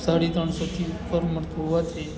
સાડી ત્રણ સોથી ઉપર મળતું હોવાથી